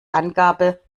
angabe